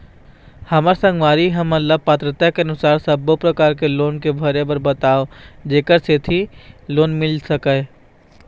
हमर संगवारी हमन ला पात्रता के अनुसार सब्बो प्रकार के लोन के भरे बर बताव जेकर सेंथी लोन मिल सकाए?